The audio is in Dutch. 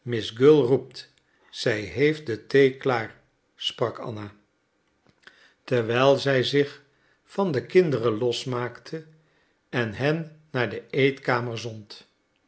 miss gull roept zij heeft de thee klaar sprak anna terwijl zij zich van de kinderen losmaakte en hen naar de eetkamer zond